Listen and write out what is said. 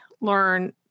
learn